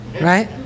Right